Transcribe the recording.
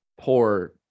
poor